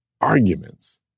arguments